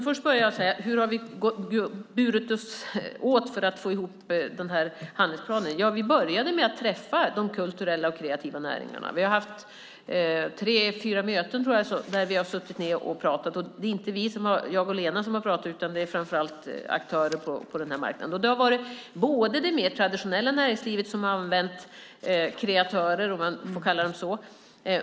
Fru talman! Hur har vi burit oss åt för att få ihop handlingsplanen? Vi började med att träffa de kulturella och kreativa näringarna. Vi har haft tre fyra möten där vi har suttit ned och pratat. Det är inte jag och Lena Adelsohn Liljeroth som har pratat utan framför allt aktörer på marknaden. Det har varit det mer traditionella näringslivet som har använt kreatörer, om man får kalla dem så.